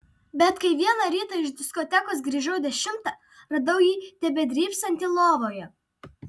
bet kai vieną rytą iš diskotekos grįžau dešimtą radau jį tebedrybsantį lovoje